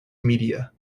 media